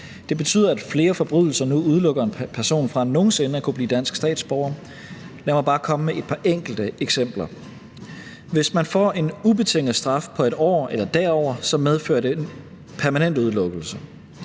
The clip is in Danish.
Det betyder, at flere forbrydelser nu udelukker en person fra nogen sinde at kunne blive dansk statsborger. Lad mig bare komme med et par enkelte eksempler. Hvis man får en ubetinget straf på 1 år eller derover, medfører det permanent udelukkelse.